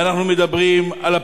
ואנחנו מדברים על הפערים.